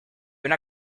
una